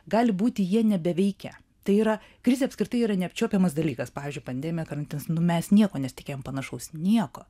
gali būti jie nebeveikia tai yra krizė apskritai yra neapčiuopiamas dalykas pavyzdžiui pandemija karantinas nu mes nieko nesitikėjom panašaus nieko